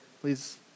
Please